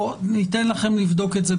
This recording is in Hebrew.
ניתן לכם לבדוק את זה.